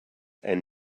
and